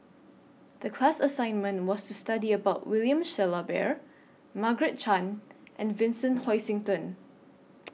The class assignment was to study about William Shellabear Margaret Chan and Vincent Hoisington